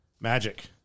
Magic